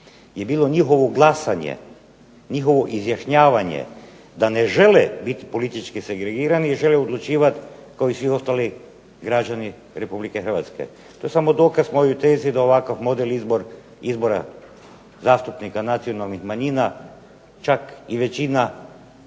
je bilo njihovo glasanje, njihovo izjašnjavanje da ne žele biti politički segregirani i žele odlučivati kao svi ostali građani RH. To je samo dokaz mojoj tezi da ovakav model izbora zastupnika nacionalnih manjina čak i većina